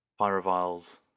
pyroviles